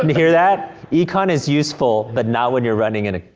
um hear that? econ is useful, but not when you're running and a